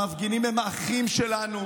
המפגינים הם אחים שלנו.